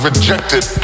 Rejected